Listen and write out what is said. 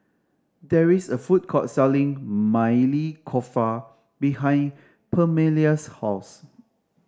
there is a food court selling Maili Kofta behind Permelia's house